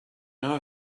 know